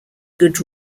good